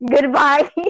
Goodbye